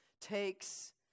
Takes